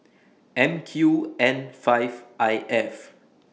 M Q N five I F